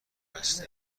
هستم